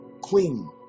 Queen